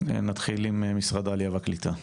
נתחיל עם משרד העלייה והקליטה.